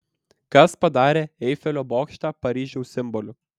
kas padarė eifelio bokštą paryžiaus simboliu